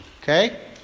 okay